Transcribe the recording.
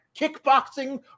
kickboxing